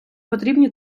потрібні